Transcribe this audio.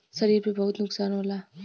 शरीर पे बहुत नुकसान होला